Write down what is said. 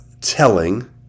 telling